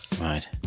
Right